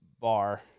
bar